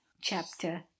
Chapter